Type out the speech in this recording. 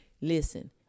listen